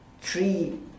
three